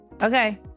Okay